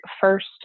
first